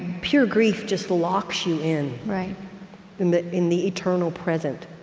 pure grief just locks you in, in the in the eternal present.